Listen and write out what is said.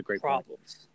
problems